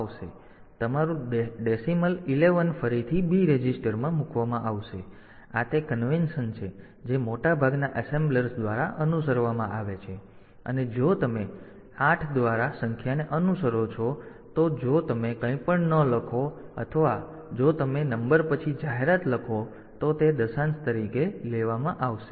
તેથી તમારું દશાંશ 11 ફરીથી B રજિસ્ટરમાં મૂકવામાં આવશે આ તે કન્વેનશન છે જે મોટાભાગના એસેમ્બલર્સ દ્વારા અનુસરવામાં આવે છે અને જો તમે 8 દ્વારા સંખ્યાને અનુસરો છો તો જો તમે કંઈપણ ન લખો અથવા જો તમે નંબર પછી જાહેરાત લખો તો તે દશાંશ તરીકે લેવામાં આવશે